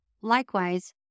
Likewise